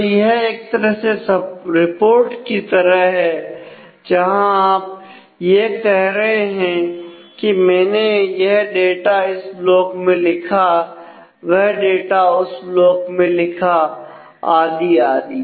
तो यह एक तरह से रिपोर्ट की तरह हैं जहां आप यह कह रहे हैं कि मैंने यह डाटा इस ब्लॉक में लिखा वह डाटा उस ब्लाक में लिखा आदि आदि